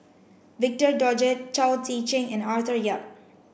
victor Doggett Chao Tzee Cheng and Arthur Yap